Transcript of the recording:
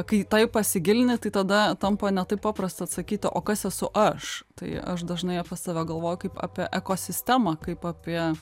kai į tai pasigilini tai tada tampa ne taip paprasta atsakyti o kas esu aš tai aš dažnai apie save galvoju kaip apie ekosistemą kaip apie